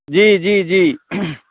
जी जी जी